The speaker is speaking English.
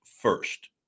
first